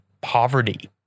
poverty